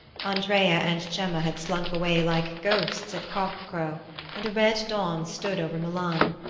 andrea and gemma had slunk away like ghosts at cock-crow and a red dawn stood over milan.